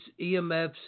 EMFs